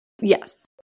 Yes